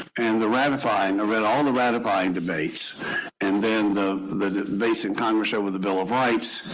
and the ratifying of it all the ratifying debates and then the the debates in congress over the bill of rights.